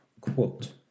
quote